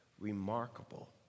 remarkable